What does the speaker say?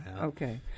Okay